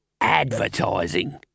Advertising